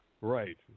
Right